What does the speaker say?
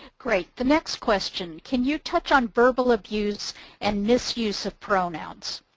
great. the next question. can you touch on verbal abuse and misuse of pronouns?